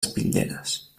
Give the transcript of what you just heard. espitlleres